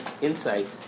insight